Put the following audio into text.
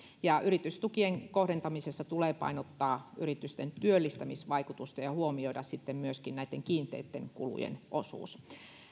ja yritystukien kohdentamisessa tulee painottaa yritysten työllistämisvaikutusta ja ja huomioida sitten myöskin näitten kiinteitten kulujen osuus